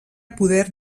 poder